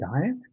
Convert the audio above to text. diet